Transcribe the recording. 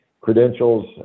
credentials